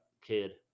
kid